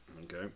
Okay